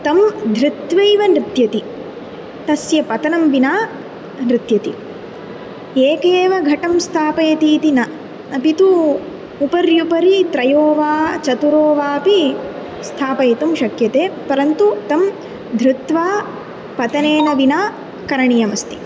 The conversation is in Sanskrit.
तं धृत्वैव नृत्यति तस्य पतनं विना नृत्यति एकेव घटं स्थापयति इति न अपि तु उपर्युपरि त्रयो वा चतुरो वापि स्थापयितुं शक्यते परन्तु तं धृत्वा पतनेन विना करणीयमस्ति